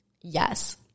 yes